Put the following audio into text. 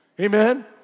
Amen